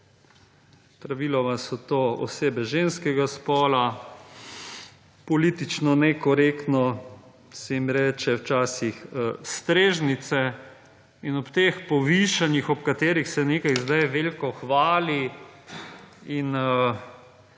praviloma so to osebe ženskega spola, politično nekorektno se jim reče včasih strežnice in ob teh povišanjih o katerih se zdaj veliko hvali in